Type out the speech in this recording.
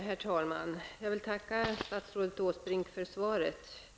Herr talman! Jag vill tacka statsrådet Åsbrink för svaret.